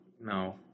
No